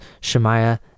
Shemaiah